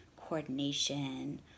coordination